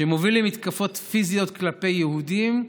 שמוביל למתקפות פיזיות כלפי יהודים,